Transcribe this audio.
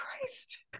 Christ